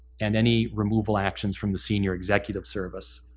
and any removal actions from the senior executive service.